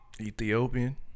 Ethiopian